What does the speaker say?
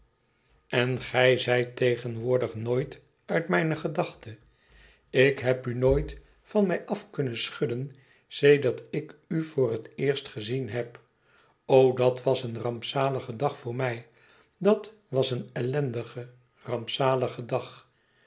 tegenwoordig nooit uit mijne gedachten ik heb u nooit van mij af kunnen schudden sedert ik u voor het eerst gezien heb o dat was een rampzalige dag voor mij dat was een ellendige rampzalige dag